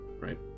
right